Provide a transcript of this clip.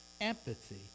empathy